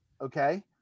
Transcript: Okay